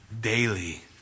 daily